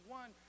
one